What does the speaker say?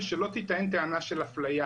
ושלא תיטען טענה של אפליה.